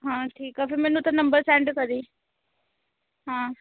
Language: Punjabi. ਹਾਂ ਠੀਕ ਆ ਫਿਰ ਮੈਨੂੰ ਤਾਂ ਨੰਬਰ ਸੈਂਡ ਕਰੀ ਹਾਂ